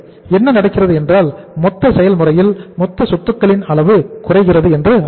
என்ன நடக்கிறது என்றால் மொத்த செயல்முறையில் மொத்த சொத்துக்களின் அளவு குறைகிறது என்று அர்த்தம்